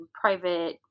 private